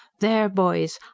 there, boys,